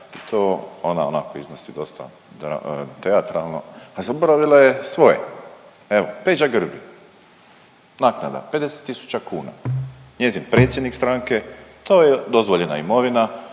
To ona onako iznosi dosta teatralno, a zaboravila je svoje. Evo Peđa Grbin, naknada 50 000 kuna. Njezin predsjednik stranke to je dozvoljena imovina,